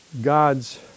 God's